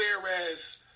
whereas